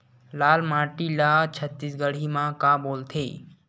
लाल माटी ला छत्तीसगढ़ी मा का बोलथे?